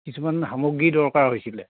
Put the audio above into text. কিছুমান সামগ্ৰীৰ দৰকাৰ হৈছিলে